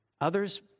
Others